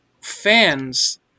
fans